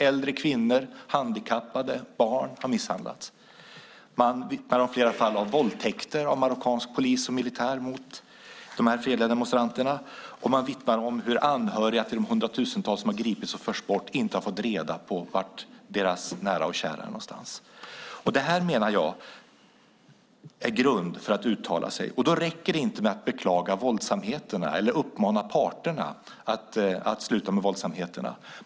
Äldre kvinnor, handikappade, barn har misshandlats. Man vittnar om flera fall av våldtäkter utförda av marockansk polis och militär och riktade mot de fredliga demonstranterna. Man vittnar om hur anhöriga till de hundratusentals som gripits och förts bort inte har fått veta var deras nära och kära befinner sig. Detta menar jag är grund för att uttala sig. Det räcker inte med att beklaga våldsamheterna eller uppmana parterna att sluta med våldsamheterna.